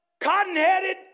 cotton-headed